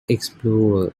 explorer